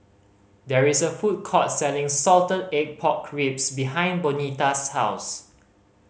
there is a food court selling salted egg pork ribs behind Bonita's house